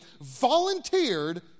volunteered